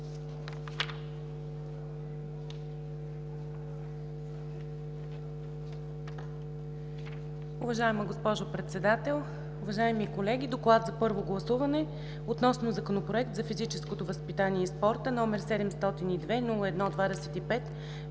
Уважаема госпожо Председател, уважаеми колеги! „ДОКЛАД за първо гласуване относно Законопроект за физическото възпитание и спорта, № 702-01-25,